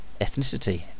ethnicity